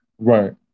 Right